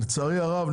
לצערי הרב,